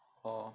orh